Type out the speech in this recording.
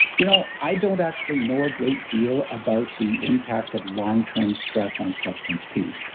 you know i don't actually know a great deal about the impact of long-term stress on substance p.